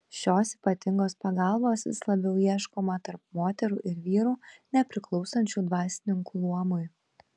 šios ypatingos pagalbos vis labiau ieškoma tarp moterų ir vyrų nepriklausančių dvasininkų luomui